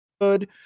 good